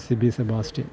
Sibi Sebastian